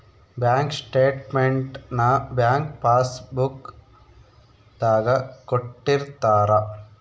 bank statement ನ bank passbook ದಾಗ ಕೊಟ್ಟಿರ್ತಾರ